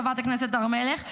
חברת הכנסת הר מלך,